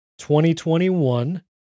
2021